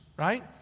right